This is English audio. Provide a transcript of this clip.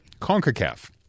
CONCACAF